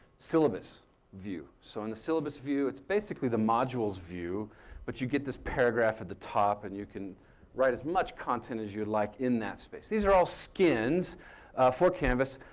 syllabus view. so in the syllabus view, it's basically the modules view but you get this paragraph at the top and you can write as much content as you would like in that space. these are all skins for canvas.